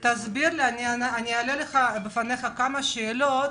אני אעלה בפניך כמה שאלות,